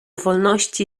wolności